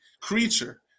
creature